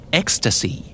ecstasy